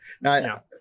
now